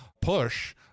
push